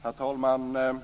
Herr talman!